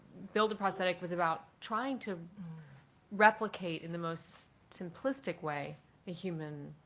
build a prosthetic was about trying to replicate in the most simplistic way the human